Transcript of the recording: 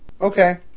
Okay